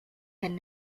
and